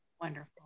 wonderful